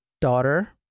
daughter